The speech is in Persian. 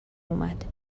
اومد